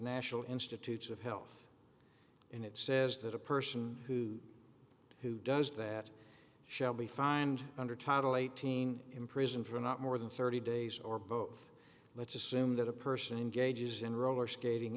national institutes of health and it says that a person who who does that shall be fined under title eighteen imprisoned for not more than thirty days or both let's assume that a person engages in roller skating